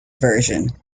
version